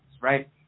right